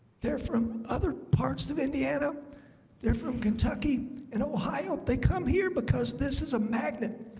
they're from other parts of indiana they're from kentucky and ohio. they come here because this is a magnet.